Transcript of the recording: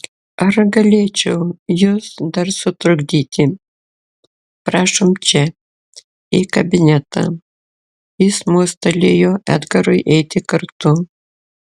ar galėčiau jus dar sutrukdyti prašom čia į kabinetą jis mostelėjo edgarui eiti kartu